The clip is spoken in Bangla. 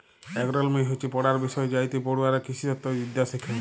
এগ্রলমি হচ্যে পড়ার বিষয় যাইতে পড়ুয়ারা কৃষিতত্ত্ব বিদ্যা শ্যাখে